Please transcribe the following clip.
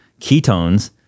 ketones